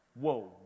whoa